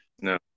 No